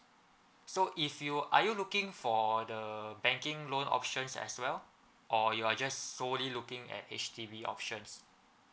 so if you are you looking for for the banking loan options as well or you're just solely looking at H_D_B options